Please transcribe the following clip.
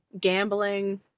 gambling